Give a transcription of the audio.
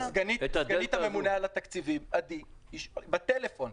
סגנית הממונה על התקציבים, עדי, בטלפון,